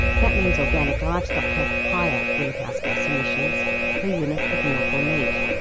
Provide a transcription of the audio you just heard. that means organic livestock have higher greenhouse gas emissions per unit of milk or meat.